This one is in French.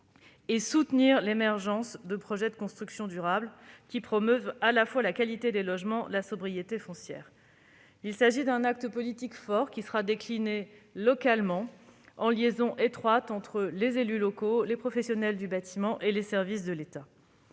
soutenir l'émergence de projets de constructions durables, qui promeuvent à la fois la qualité des logements et la sobriété foncière. Il s'agit d'un acte politique fort, qui sera décliné localement en étroite collaboration avec les élus locaux, les professionnels du bâtiment et les services de l'État.